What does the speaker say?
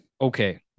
Okay